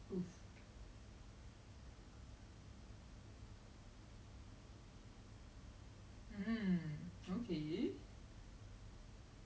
you breach the rule but then it's just like that lor the content is still left there the person is still in the group they actually remove the person from the group and they also remove the content